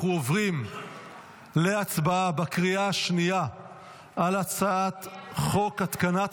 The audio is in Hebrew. אנחנו עוברים להצבעה בקריאה השנייה על הצעת חוק התקנת